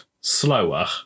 slower